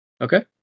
Okay